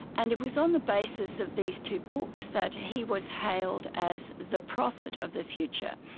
and it was on the basis of these two books that he was hailed as the prophet of the future.